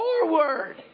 forward